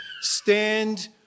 stand